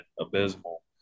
abysmal